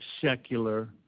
secular